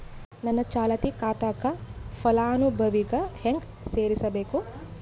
ನನ್ನ ಚಾಲತಿ ಖಾತಾಕ ಫಲಾನುಭವಿಗ ಹೆಂಗ್ ಸೇರಸಬೇಕು?